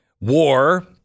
war